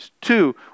Two